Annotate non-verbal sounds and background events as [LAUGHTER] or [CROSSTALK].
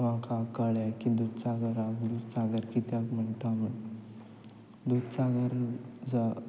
आमकां कळ्ळें की दुधसागराक दुधसागर कित्याक म्हणटा म्हण दुधसागर [UNINTELLIGIBLE]